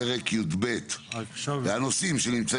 אני פותח את ישיבת ועדת הפנים.